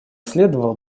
следовало